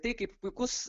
tai kaip puikus